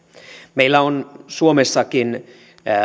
meillä on suomessakin